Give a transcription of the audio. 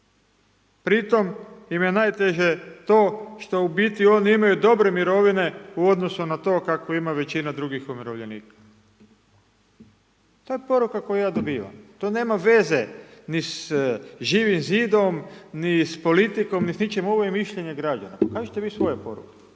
Pri tom im je najteže to što u biti oni imaju dobre mirovine u odnosu na to kako ima većina drugih umirovljenika. To je poruka koju ja dobivam, to nema veze ni s Živim Zidom, ni s politikom, ni s ničim, ovo je mišljenje građana. Pokažite vi svoje poruke